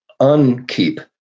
unkeep